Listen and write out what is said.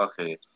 Okay